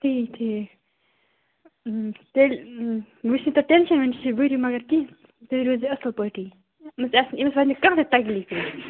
تیٖ ٹھیٖک تیٚلہِ وچھُ نہٕ تۄہہِ ٹیٚنشن ویٚنشن کیٚنٛہہ تُہۍ روٗزیٚو اَصٕل پٲٹھی ییٚمِس واتہِ نہٕ کانٛہہ تہِ تَکلیٖف ییٚتہِ